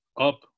up